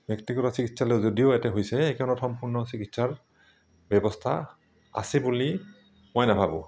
ব্যক্তিগত চিকিৎসালয় যদিও ইয়াতে হৈছে ইয়াতে সম্পূৰ্ণ চিকিৎসাৰ ব্যৱস্থা আছে বুলি মই নেভাবোঁ